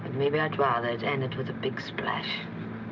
maybe i'd rather it ended with a big splash.